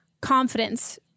confidence